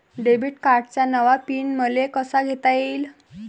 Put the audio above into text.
Debit कार्डचा नवा PIN मले कसा घेता येईन?